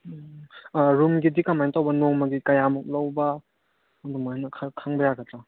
ꯎꯝ ꯔꯨꯝꯒꯤꯗꯤ ꯀꯃꯥꯏ ꯇꯧꯕ ꯅꯣꯡꯃꯒꯤ ꯀꯌꯥꯃꯨꯛ ꯂꯧꯕ ꯑꯗꯨꯃꯥꯏꯅ ꯈꯔ ꯈꯪꯕ ꯌꯥꯒꯗ꯭ꯔꯣ